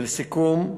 לסיכום,